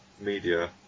media